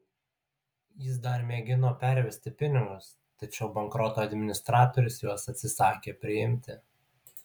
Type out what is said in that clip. jis dar mėgino pervesti pinigus tačiau bankroto administratorius juos atsisakė priimti